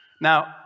Now